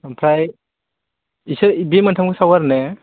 ओमफ्राय इसे बे मोनथामखौ सावो आरोना